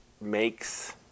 makes